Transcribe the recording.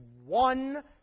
one